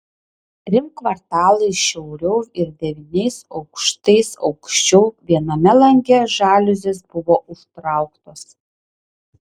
trim kvartalais šiauriau ir devyniais aukštais aukščiau viename lange žaliuzės buvo užtrauktos